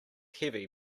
heavy